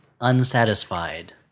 unsatisfied